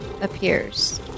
appears